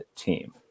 team